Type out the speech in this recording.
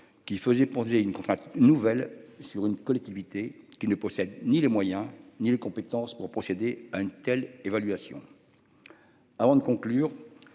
qui faisait poser une contrainte nouvelle sur une collectivité qui ne possède ni les moyens ni les compétences pour procéder à une telle évaluation. Avant de conclure,